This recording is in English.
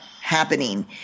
happening